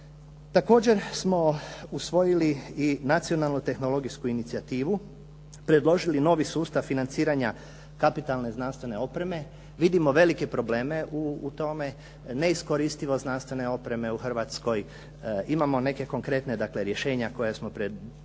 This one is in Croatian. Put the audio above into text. Također smo usvojili i nacionalnu tehnologijsku inicijativu, predložili novi sustav financiranja kapitalne znanstvene opreme. Vidimo velike probleme u tome, neiskoristivost znanstvene opreme u Hrvatskoj. Imamo neka konkretna dakle rješenja koja smo predložili